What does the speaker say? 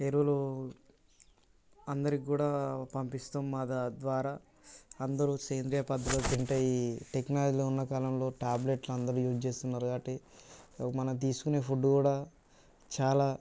ఎరువులు అందరికీ కూడా పంపిస్తాము మా ద్వారా అందరూ సేంద్రీయ పద్ధతులు ఉంటాయి టెక్నాలజీలు ఉన్న కాలంలో టాబ్లెట్లు అందరు యూజ్ చేస్తున్నారు కాబట్టి అవి మనం తీసుకునే ఫుడ్ కూడా చాలా